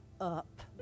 up